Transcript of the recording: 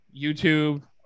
YouTube